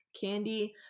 candy